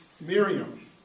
Miriam